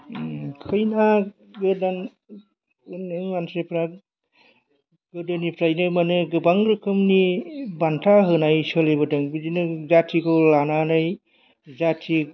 खैना गोदान मानसिफोरा गोदोनिफ्रायनो माने गोबां रोखोमनि बान्था होनाय सोलिबोदों बिदिनो जाथिखौ लानानै जाथि